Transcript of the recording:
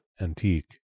antique